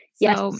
Yes